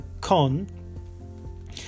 con